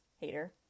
hater